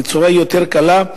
בצורה יותר קלה,